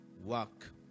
work